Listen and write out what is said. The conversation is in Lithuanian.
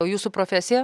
o jūsų profesija